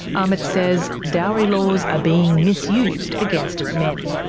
amit says dowry laws are being misused against men.